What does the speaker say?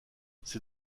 c’est